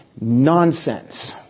Nonsense